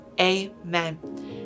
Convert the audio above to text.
amen